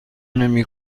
نمی